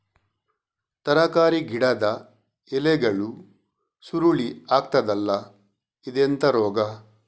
ತರಕಾರಿ ಗಿಡದ ಎಲೆಗಳು ಸುರುಳಿ ಆಗ್ತದಲ್ಲ, ಇದೆಂತ ರೋಗ?